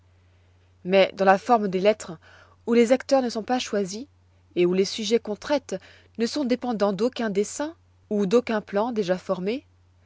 mais dans la forme des lettres où les acteurs ne sont pas choisis et où les sujets qu'on traite ne sont dépendants d'aucun dessein ou d'aucun plan déjà formé